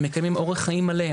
הם מקיימים אורח חיים מלא,